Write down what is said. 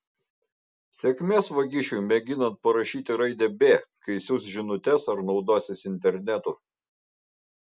sėkmės vagišiui mėginant parašyti raidę b kai siųs žinutes ar naudosis internetu